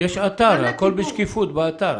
יש אתר, הכול בשקיפות באתר.